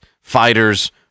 fighters